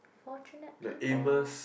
fortunate people